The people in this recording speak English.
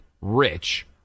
rich